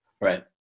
Right